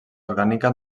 orgànica